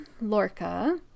Lorca